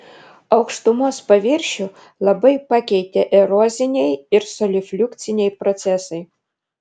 aukštumos paviršių labai pakeitė eroziniai ir solifliukciniai procesai